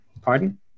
Pardon